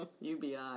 UBI